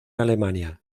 alemania